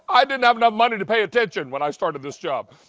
i didn't have enough money to pay attention when i started this job.